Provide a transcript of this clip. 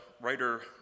writer